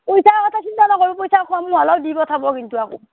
পইচাৰ কথা চিন্তা নকৰিবো পইচা ক'ম হ'লেও দি পঠাব কিন্তু আকৌ